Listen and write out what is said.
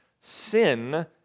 Sin